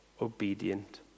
obedient